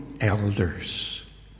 elders